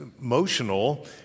emotional